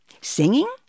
Singing